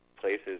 places